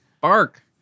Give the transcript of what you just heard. bark